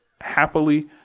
happily